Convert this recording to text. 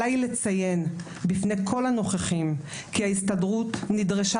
עליי לציין בפני כל הנוכחים כי ההסתדרות נדרשה